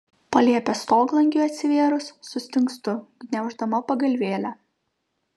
palėpės stoglangiui atsivėrus sustingstu gniauždama pagalvėlę